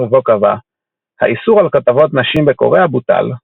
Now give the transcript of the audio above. ובו קבע "האיסור על כתבות נשים בקוריאה בוטל.